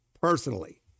personally